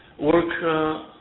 work